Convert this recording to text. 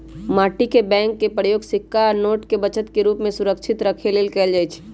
माटी के बैंक के प्रयोग सिक्का आ नोट के बचत के रूप में सुरक्षित रखे लेल कएल जाइ छइ